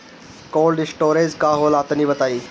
Cold storage का होला तनि बताई?